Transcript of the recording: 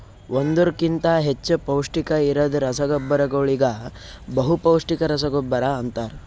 ಒಂದುರ್ ಕಿಂತಾ ಹೆಚ್ಚ ಪೌಷ್ಟಿಕ ಇರದ್ ರಸಗೊಬ್ಬರಗೋಳಿಗ ಬಹುಪೌಸ್ಟಿಕ ರಸಗೊಬ್ಬರ ಅಂತಾರ್